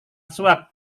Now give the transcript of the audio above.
suka